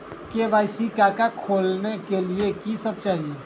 KYC का का खोलने के लिए कि सब चाहिए?